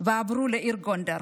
ועברו לעיר גונדר.